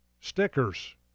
stickers